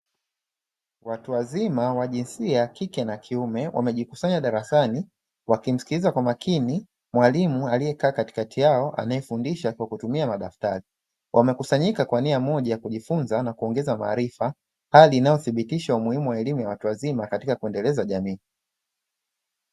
Watu wazima wa jinsia ya kike na kiume wamejikusanya darasani, wakimskiliza kwa makini mwalimu aliekaa katikati yao anaefundisha kwa kutumia madaftari. Wamekusanyika kwa nia moja ya kujifunza na kuongeza maarifa, hali inayothibitisha umuhimu wa elimu ya watu wazima katika kuendeleza jamii.